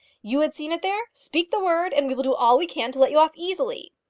you had seen it there? speak the word, and we will do all we can to let you off easily.